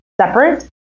separate